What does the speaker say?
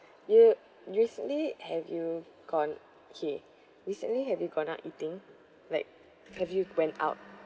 you recently have you gone okay recently have you gone out eating like have you went out